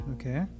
Okay